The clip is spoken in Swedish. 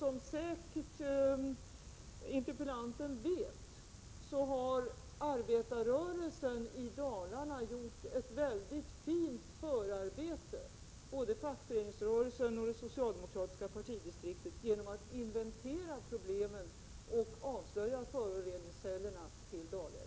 Som interpellanten säkert vet har arbetarrörelsen i Dalarna gjort ett väldigt fint förarbete, både fackföreningsrörelsen och det socialdemokratiska partidistriktet, genom att inventera problemen och avslöja källorna till föroreningar i Dalälven.